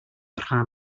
rhan